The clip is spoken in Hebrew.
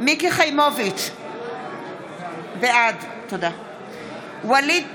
מיקי חיימוביץ' בעד ווליד טאהא,